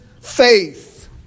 faith